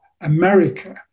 america